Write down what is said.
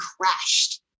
crashed